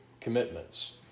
commitments